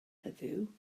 heddiw